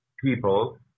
people